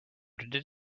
did